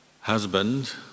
husband